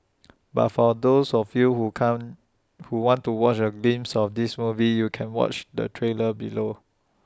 but for those of you who can't who want to watch A glimpse of this movie you can watch the trailer below